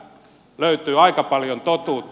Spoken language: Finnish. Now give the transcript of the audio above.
sieltä löytyy aika paljon totuutta